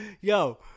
Yo